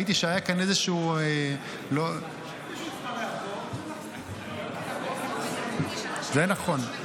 ראיתי שהיה כאן איזשהו --- מישהו התפרע פה --- זה נכון.